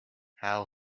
how